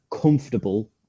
comfortable